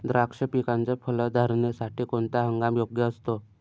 द्राक्ष पिकाच्या फलधारणेसाठी कोणता हंगाम योग्य असतो?